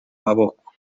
maboko